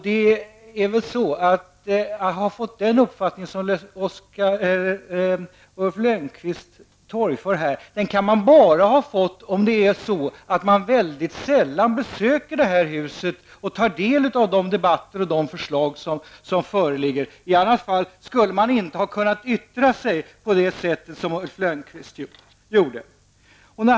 Den uppfattning som Ulf Lönnqvist torgför här kan man få bara om man väldigt sällan besöker det här huset och tar del av de debatter som förs och de förslag som föreligger. I annat fall skulle man inte ha kunnat uttrycka sig på det sätt som Ulf Lönnqvist gjorde.